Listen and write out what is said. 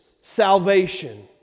salvation